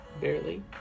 Barely